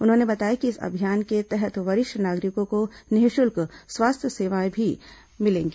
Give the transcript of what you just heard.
उन्होंने बताया कि इस अभियान के तहत वरिष्ठ नागरिकों को निःशुल्क स्वास्थ्य सेवाओं का भी लाभ मिलेगा